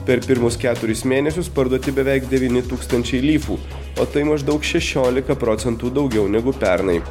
per pirmus keturis mėnesius parduoti beveik devyni tūkstančiai lyfų o tai maždaug šešiolika procentų daugiau negu pernai